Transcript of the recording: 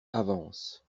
avancent